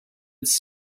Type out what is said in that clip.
its